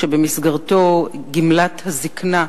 שבמסגרתו גמלת הזיקנה,